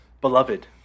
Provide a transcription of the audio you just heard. beloved